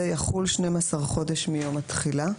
זה יחול 12 חודשים מיום התחילה.